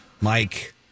Mike